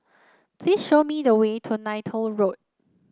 please show me the way to Neythal Road